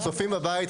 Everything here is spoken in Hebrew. זו הסתייגות שירדה.